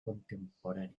contemporánea